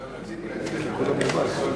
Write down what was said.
אבל אני רציתי להגיד לחבר הכנסת חסון,